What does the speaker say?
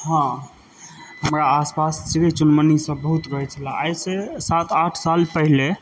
हँ हमरा आसपास चिरै चुनमुनी सब बहुत रहै छलए आइ से सात आठ साल पहिले